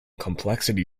complexity